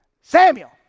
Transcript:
Samuel